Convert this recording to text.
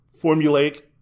formulate